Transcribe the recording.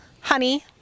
honey